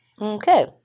Okay